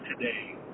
today